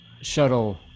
shuttle